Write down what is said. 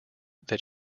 that